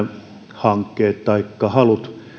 hankkeet taikka halut